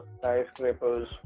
skyscrapers